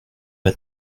pas